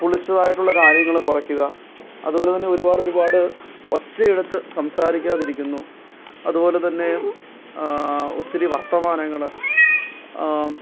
പുളിച്ചതായിട്ടുള്ള കാര്യങ്ങൾ കുറയ്ക്കുക അതുപോലെ തന്നെ ഒര്പാടൊരുപാട് ഒച്ചയെടുത്ത് സംസാരിക്കാതിരിക്കുന്നു അത്പോലെ തന്നെ ഒത്തിരി വര്ത്തമാനങ്ങൾ